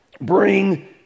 bring